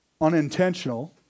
unintentional